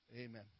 Amen